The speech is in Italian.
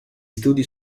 studi